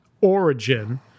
origin